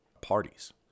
parties